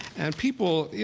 and people,